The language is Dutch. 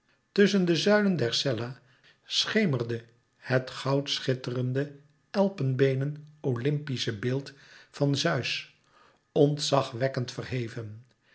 tusschen de zuilen der cella schemerde het goudschitterende elpenbeenen olympische beeld van zeus ontzagwekkend verheven